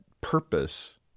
purpose